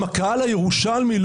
הם הקהל הירושלמי,